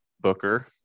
Booker